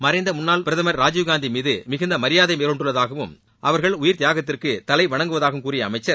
மறைந்த முன்னாள் பிரதமர் ராஜுவ் காந்தி மீது மிகுந்த மரியாதை கொண்டுள்ளதாகவும் அவர்கள் உயிர் உதியாகத்திற்கு தலை வணங்குவதாகவும் கூறிய அமைச்சர்